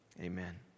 Amen